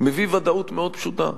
מביא ודאות מאוד פשוטה: